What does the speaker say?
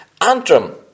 Antrim